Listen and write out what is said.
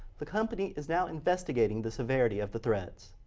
the company is now investigating the severity of the threats.